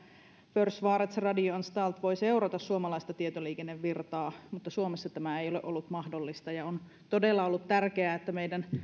försvarets radioanstalt voi seurata suomalaista tietoliikennevirtaa mutta suomessa tämä ei ole ollut mahdollista on todella tärkeää että